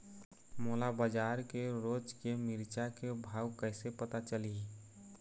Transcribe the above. मोला बजार के रोज के मिरचा के भाव कइसे पता चलही?